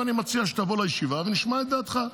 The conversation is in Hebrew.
ואני מציע שתבוא לישיבה ונשמע את דעתך.